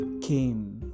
came